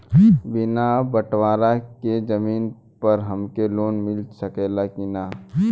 बिना बटवारा के जमीन पर हमके लोन मिल सकेला की ना?